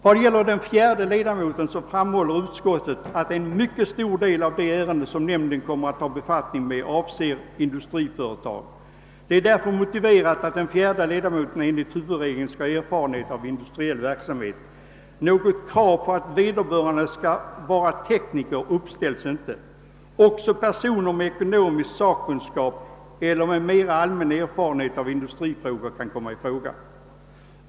: Vad gäller den fjärde ledamoten framhåller utskottet att en mycket stor del av de ärenden som nämnden kommer att ta befattning med avser industriföretag. Det är därför motiverat att den fjärde ledamoten enligt huvudregeln skall ha erfarenhet av industriell verksamhet. Något krav på att vederbörande skall vara tekniker uppställs inte. Också personer med ekonomisk sakkunskap eller med mera allmän erfarenhet av industrifrågor kan komma i fråga.